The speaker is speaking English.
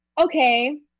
okay